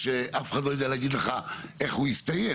שאף אחד לא יודע להגיד לך איך הוא יסתיים,